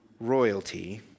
royalty